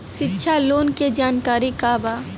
शिक्षा लोन के जानकारी का बा?